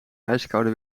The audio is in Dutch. ijskoude